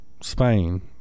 Spain